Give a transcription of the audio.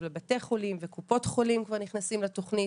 אבל בתי חולים וקופות חולים כבר נכנסים לתוכנית,